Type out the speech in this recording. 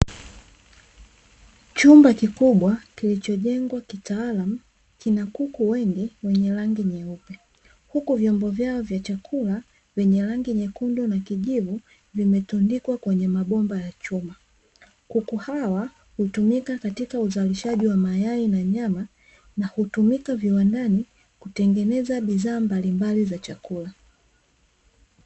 Chumba kikubwa kilichojengwa kitaalamu, kina kuku wengi wenye rangi nyeupe. Huku vyombo vyao vya chakula vyenye rangi nyekundu na kijivu vimetundikwa kwenye mabomba ya chuma. Kuku hawa hutumika katika uzalishaji wa mayai na nyama, na hutumika viwandani kutengeneza bidhaa mbalimbali za chakula.